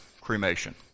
cremation